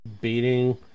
beating